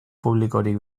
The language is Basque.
publikorik